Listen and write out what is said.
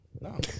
No